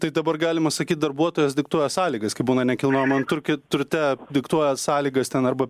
tai dabar galima sakyt darbuotojas diktuoja sąlygas kai būna nekilnojamam turki turte diktuoja sąlygas ten arba